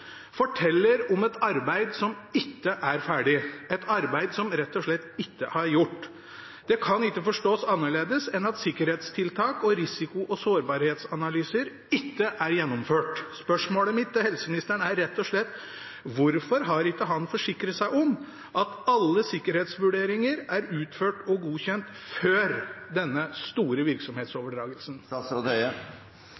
forteller om et arbeid som ikke er ferdig, et arbeid som en rett og slett ikke har gjort. Det kan ikke forstås annerledes enn at sikkerhetstiltak og risiko- og sårbarhetsanalyser ikke er gjennomført. Spørsmålet mitt til helseministeren er rett og slett: Hvorfor har han ikke forsikret seg om at alle sikkerhetsvurderinger er utført og godkjent før denne store